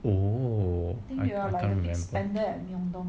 oh